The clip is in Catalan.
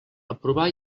aprovar